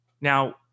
Now